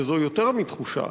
וזאת יותר מתחושה,